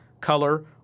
color